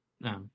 No